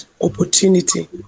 opportunity